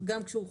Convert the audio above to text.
גם כשהוא חובה.